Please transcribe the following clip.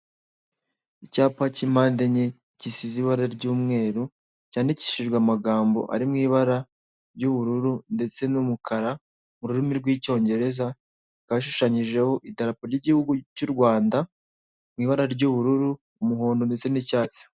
Icyapa k'impande enye gisize ibara ry'umweru, cyandikishijwe amagambo ari mu ibara ry'ubururu ndetse n'umukara mu rurimi rw'icyongereza, hakaba hashushanyijeho idarapo ry'igihugu cy'u Rwanda mu ibara ry'ubururu, umuhondo ndetse n'icyatsi.